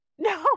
No